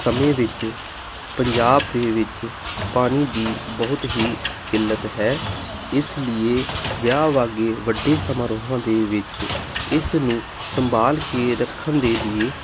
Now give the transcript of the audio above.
ਸਮੇਂ ਵਿੱਚ ਪੰਜਾਬ ਦੇ ਵਿੱਚ ਪਾਣੀ ਦੀ ਬਹੁਤ ਹੀ ਕਿੱਲਤ ਹੈ ਇਸ ਲੀਏ ਵਿਆਹ ਵਰਗੇ ਵੱਡੇ ਸਮਾਰੋਹਾਂ ਦੇ ਵਿੱਚ ਇਸ ਨੂੰ ਸੰਭਾਲ ਕੇ ਰੱਖਣ ਦੇ ਲਈ